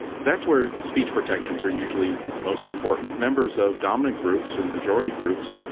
that's where speech protections are usually most important. members of dominant groups and majority groups,